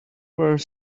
were